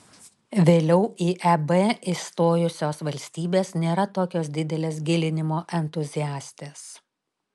vėliau į eb įstojusios valstybės nėra tokios didelės gilinimo entuziastės